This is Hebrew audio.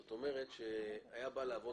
זאת אומרת שהיו באים לעבוד